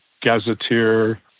Gazetteer